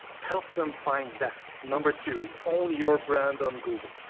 help them find that. number two, own your brand on google.